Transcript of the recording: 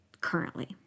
currently